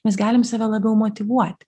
mes galim save labiau motyvuot